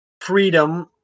freedom